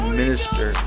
minister